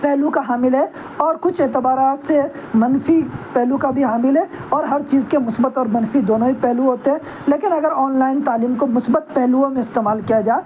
پہلو کا حامل ہے اور کچھ اعتبارات سے منفی پہلو کا بھی حامل ہے اور ہر چیز کے مثبت اور منفی دونوں ہی پہلو ہوتے ہیں لیکن اگر آنلائن تعلیم کو مثبت پہلوؤں میں استعمال کیا جائے